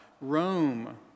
Rome